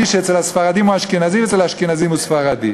שאצל הספרדים הוא אשכנזי ואצל האשכנזים הוא ספרדי.